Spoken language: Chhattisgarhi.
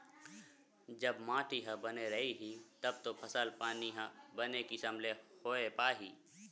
जब माटी ह बने रइही तब तो फसल पानी ह बने किसम ले होय पाही